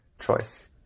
choice